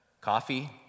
coffee